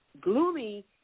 gloomy